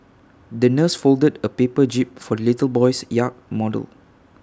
the nurse folded A paper jib for the little boy's yacht model